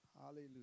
Hallelujah